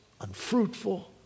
unfruitful